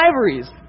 ivories